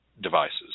devices